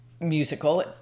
musical